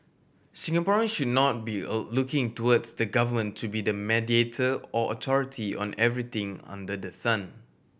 Singaporean should not be O looking towards the government to be the mediator or authority on everything under the sun